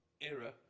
era